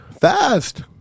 Fast